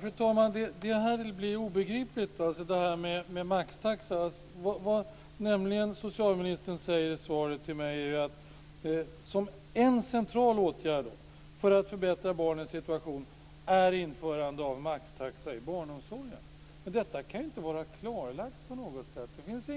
Fru talman! Det här med maxtaxa blir obegripligt. Socialministern säger i svaret till mig att en central åtgärd för att förbättra barnens situation är införande av maxtaxa i barnomsorgen. Men detta kan ju inte vara klarlagt på något sätt. Det finns